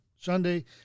Sunday